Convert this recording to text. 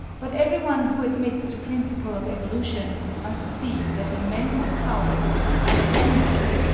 but every one who admits the principle of evolution, must see that the mental powers of the higher animals,